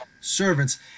servants